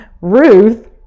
Ruth